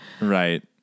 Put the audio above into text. Right